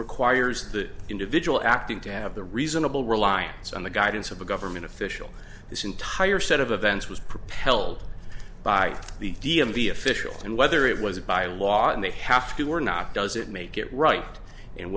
requires the individual acting to have the reasonable reliance on the guidance of a government official this entire set of events was propelled by the d m v official and whether it was by law and they have to or not does it make it right and